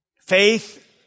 faith